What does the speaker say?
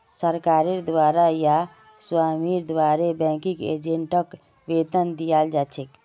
सरकारेर द्वारे या स्वामीर द्वारे बैंकिंग एजेंटक वेतन दियाल जा छेक